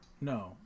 No